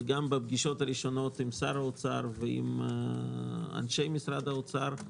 וגם בפגישות הראשונות עם שר האוצר ועם אנשי משרד האוצר,